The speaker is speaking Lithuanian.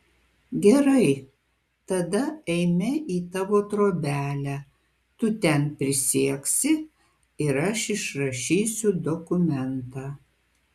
gerai tada eime į tavo trobelę tu ten prisieksi ir aš išrašysiu dokumentą